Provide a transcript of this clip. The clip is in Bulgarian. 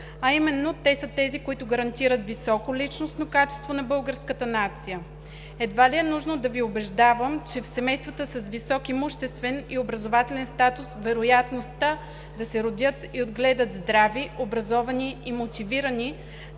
А именно те са тези, които гарантират високо личностно качество на българската нация. Едва ли е нужно да Ви убеждавам, че в семействата с висок имуществен и образователен статус вероятността да се родят и отгледат здрави, образовани и мотивирани